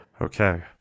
Okay